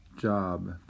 job